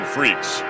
Freaks